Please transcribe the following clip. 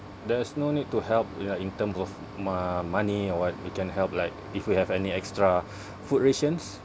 there's no need to help like in terms of mo~ money or what you can help like if you have any extra food rations